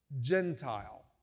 Gentile